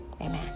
Amen